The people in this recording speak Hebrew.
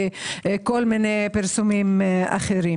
בכל מיני פרסומים אחרים.